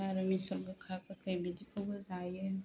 बार' मिसल गोखा गोखै बिदिखौबो जायो